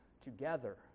together